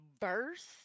verse